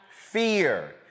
fear